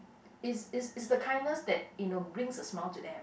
is is is the kindness that you know brings a smile to them